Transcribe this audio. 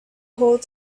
hold